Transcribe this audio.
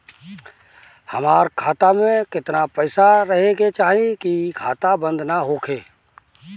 हमार खाता मे केतना पैसा रहे के चाहीं की खाता बंद ना होखे?